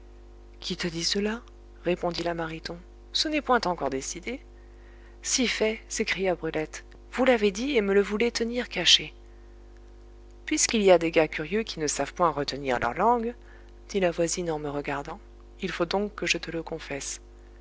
qui t'a dit cela répondit la mariton ce n'est point encore décidé si fait s'écria brulette vous l'avez dit et me le voulez tenir caché puisqu'il y a des gars curieux qui ne savent point retenir leur langue dit la voisine en me regardant il faut donc que je te le confesse